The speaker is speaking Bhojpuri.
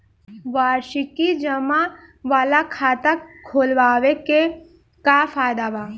वार्षिकी जमा वाला खाता खोलवावे के का फायदा बा?